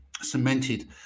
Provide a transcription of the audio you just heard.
cemented